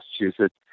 Massachusetts